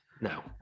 No